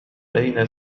أين